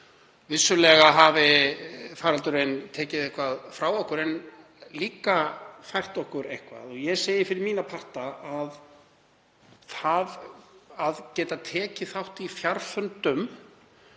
vissulega hafi faraldurinn tekið eitthvað frá okkur en líka fært okkur eitthvað. Ég segi fyrir mína parta að það að geta tekið þátt í fjarfundum